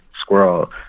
squirrel